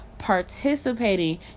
participating